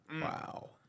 Wow